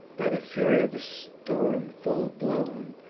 by the fury of the storm full blown,